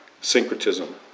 syncretism